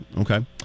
Okay